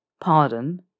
Pardon